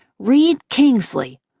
reid kingsley.